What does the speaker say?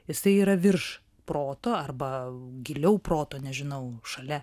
jisai yra virš proto arba giliau proto nežinau šalia